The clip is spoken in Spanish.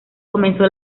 comenzó